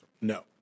No